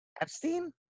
Epstein